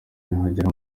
nibagera